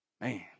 man